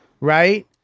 right